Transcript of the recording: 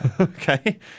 okay